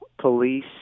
police